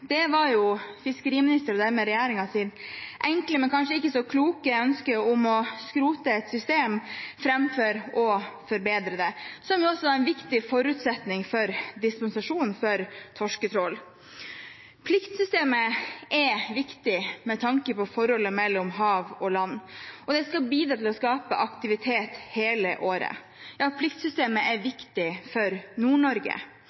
usikkerhet, var jo fiskeriministeren, og dermed regjeringens enkle, men kanskje ikke så kloke, ønske om å skrote et system framfor å forbedre det, som jo er en viktig forutsetning for dispensasjonen for torsketrål. Pliktsystemet er viktig med tanke på forholdet mellom hav og land, og det skal bidra til å skape aktivitet hele året. Pliktsystemet er